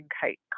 Kite